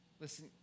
Listen